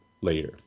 later